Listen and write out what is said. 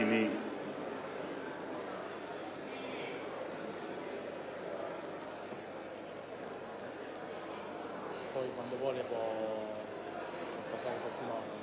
Marino Ignazio,